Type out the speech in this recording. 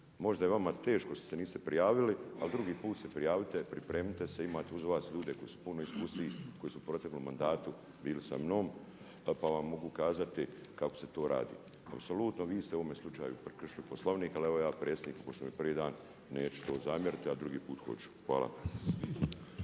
Možda je vama teško što ste niste prijavili, ali drugi puta ste prijavite, pripremite se imate uz vas ljude koji su puno iskusniji koji su u proteklom mandatu bili sa mnom pa vam mogu kazati kako se to radi. Apsolutno vi ste u ovom slučaju prekršili Poslovnik, ali evo predsjednik pošto mu je prvi dan neću to zamjeriti, a drugi put hoću. Hvala.